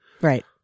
right